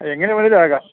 എങ്ങനെ വേണമെങ്കിലും ആകാം